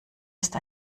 ist